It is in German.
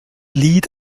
lied